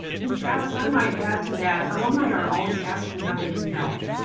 and travis, i might add to that alumni are always asking how they can help.